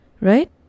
right